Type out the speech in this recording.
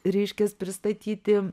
reiškias pristatyti